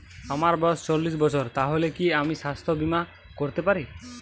আমার বয়স চল্লিশ বছর তাহলে কি আমি সাস্থ্য বীমা করতে পারবো?